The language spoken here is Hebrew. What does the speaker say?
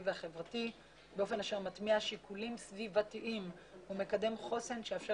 והחברתי באופן אשר מטמיע שיקולים סביבתיים ומקדם חוסן שיאפשר